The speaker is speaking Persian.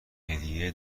هدیه